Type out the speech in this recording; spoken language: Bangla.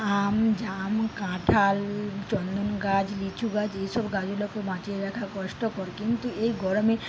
আম জাম কাঁঠাল চন্দন গাছ লিচু গাছ এসব গাছগুলোকে বাঁচিয়ে রাখা কষ্টকর কিন্তু এই গরমে